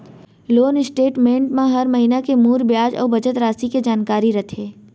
loan statement म हर महिना के मूर बियाज अउ बचत रासि के जानकारी रथे